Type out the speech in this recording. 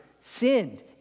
sinned